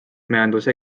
majanduse